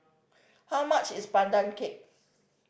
how much is Pandan Cake